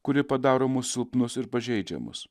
kuri padaro mus silpnus ir pažeidžiamus